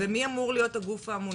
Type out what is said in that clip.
ומי אמור להיות הגוף האמור?